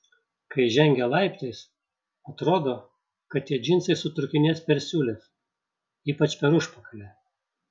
kai žengia laiptais atrodo kad tie džinsai sutrūkinės per siūles ypač per užpakalį